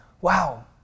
Wow